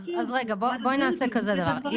בואי נעשה כזה דבר.